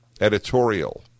Editorial